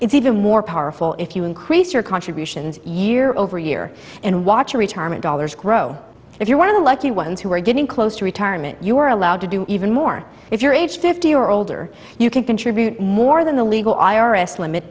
it's even more powerful if you increase your contributions year over year and watch your retirement dollars grow if you're one of the lucky ones who are getting close to retirement you are allowed to do even more if you're age fifty or older you can contribute more than the legal i r s limits